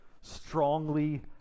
strongly